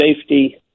safety